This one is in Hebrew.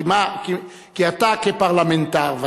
אתה כפרלמנטר,